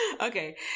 Okay